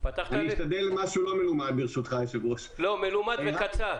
לא ברור לאיזו פרשנות מכוונים פה.